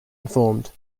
informed